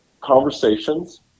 conversations